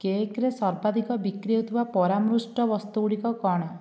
କେକ୍ରେ ସର୍ବାଧିକ ବିକ୍ରି ହେଉଥିବା ପରାମୃଷ୍ଟ ବସ୍ତୁଗୁଡ଼ିକ କ'ଣ